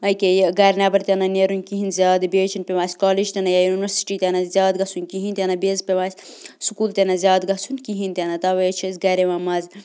ییٚکیٛاہ یہِ گَرِ نٮ۪بَر تہِ نہٕ نیرُن کِہیٖنۍ زیادٕ بیٚیہِ حظ چھِنہٕ پٮ۪وان اَسہِ کالیج تہِ نَہ یا یونیورسٹی تہِ نَہ زیادٕ گژھُن کِہیٖنۍ تہِ نَہ بیٚیہِ حظ پٮ۪وان اَسہِ سُکوٗل تہِ نَہ زیادٕ گژھُن کِہیٖنۍ تہِ نَہ تَوَے حظ چھِ اَسۍ گَرِ یِوان مَزٕ